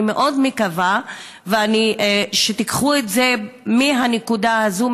אני מאוד מקווה שתיקחו את זה מהנקודה הזאת,